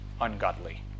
ungodly